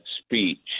speech